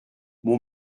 mon